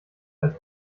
als